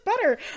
better